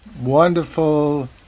wonderful